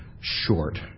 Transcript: short